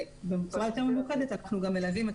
בצורה יותר ממוקדת אנחנו גם מלווים את